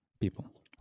people